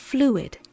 Fluid